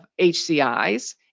HCIs